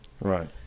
Right